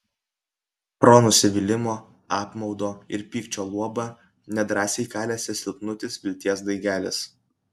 pro nusivylimo apmaudo ir pykčio luobą nedrąsiai kalėsi silpnutis vilties daigelis